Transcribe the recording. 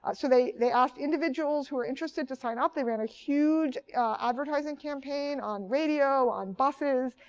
ah so they they asked individuals who were interested to sign up. they ran a huge advertising campaign on radio, on buses,